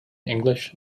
english